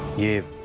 you.